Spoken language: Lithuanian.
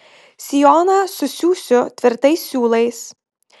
sijoną susiųsiu tvirtais siūlais